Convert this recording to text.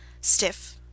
Stiff